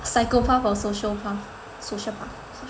psychopath or sociopath sociopath